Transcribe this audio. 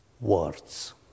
words